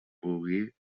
pugui